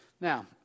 Now